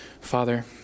Father